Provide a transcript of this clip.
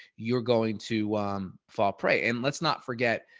you're going to fall prey. and let's not forget,